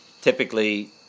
typically